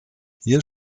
hier